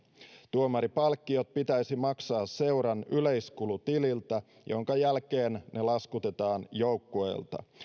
tuomaripalkkiot pitäisi maksaa seuran yleiskulutililtä minkä jälkeen ne laskutetaan joukkueelta